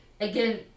again